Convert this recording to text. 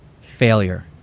Failure